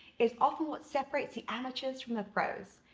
is often what separates the amateurs from the pros,